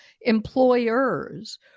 employers